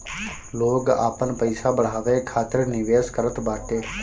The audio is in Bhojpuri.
लोग आपन पईसा बढ़ावे खातिर निवेश करत बाटे